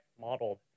modeled